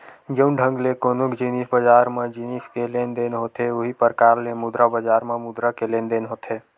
जउन ढंग ले कोनो जिनिस बजार म जिनिस के लेन देन होथे उहीं परकार ले मुद्रा बजार म मुद्रा के लेन देन होथे